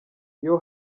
iyo